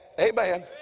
amen